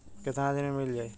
कितना दिन में मील जाई?